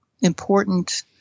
important